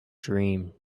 dream